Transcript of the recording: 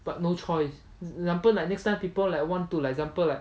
but no choice example like next time people like want to example like